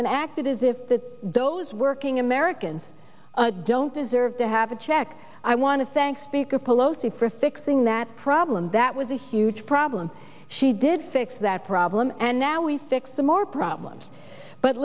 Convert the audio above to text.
and acted as if that those working americans don't deserve to have a check i want to thank speaker pelosi for fixing that problem that was a huge problem she did fix that problem and now we fix the more problems but